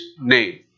name